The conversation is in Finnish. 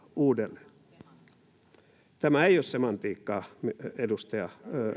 uudelleen tämä ei ole semantiikkaa edustaja